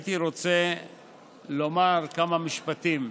הייתי רוצה לומר כמה משפטים,